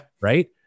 Right